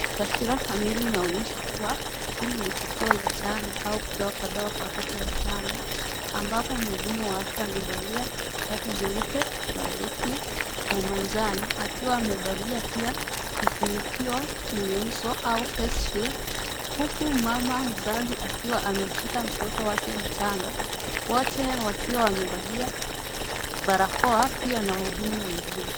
Taswira kamili inaonyesha kuwa hili ni tukio la chanjo au kupewa kwa dawa kwa watoto wachanga ambapo mhudumu wa afya amevalia shati jeupe na vesti ya majano akiwa amevalia pia kifunikio chenye uso au face shield huku mama mzazi akiwa amemshika mtoto wake mchanga wote wakiwa wamevalia pia na wahudumu wengine.